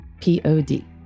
P-O-D